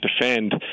defend